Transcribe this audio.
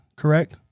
correct